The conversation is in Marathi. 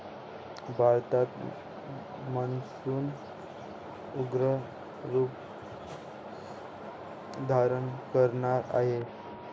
भारतात मान्सून उग्र रूप धारण करणार आहे